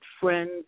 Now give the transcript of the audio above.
Friends